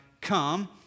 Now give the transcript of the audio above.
come